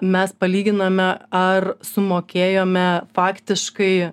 mes palyginame ar sumokėjome faktiškai